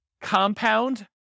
compound